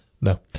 No